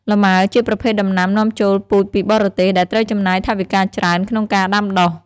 លម៉ើ ជាប្រភេទដំណាំនាំចូលពូជពីបរទេស ដែលត្រូវចំណាយថវិកាច្រើនក្នុងការដាំដុះ។